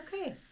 okay